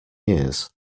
years